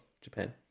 Japan